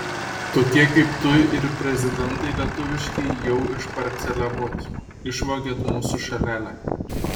tokie kaip tu ir prezidentai lietuviški jau išparceliavot išvogėt mūsų šalelę